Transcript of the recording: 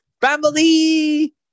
family